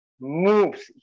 moves